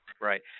Right